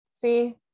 see